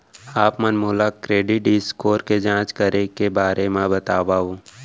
आप मन मोला क्रेडिट स्कोर के जाँच करे के बारे म बतावव?